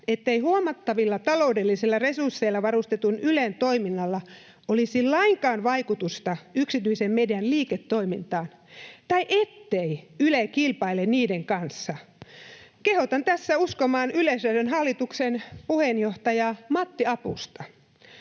ettei huomattavilla taloudellisilla resursseilla varustetun Ylen toiminnalla olisi lainkaan vaikutusta yksityisen median liiketoimintaan tai ettei Yle kilpaile niiden kanssa, kehotan tässä uskomaan Yleisradion hallituksen puheenjohtaja Matti Apusta.